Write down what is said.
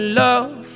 love